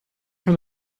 from